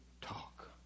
talk